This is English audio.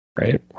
right